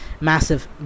massive